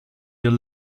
your